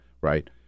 right